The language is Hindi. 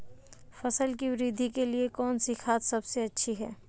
फसल की वृद्धि के लिए कौनसी खाद सबसे अच्छी है?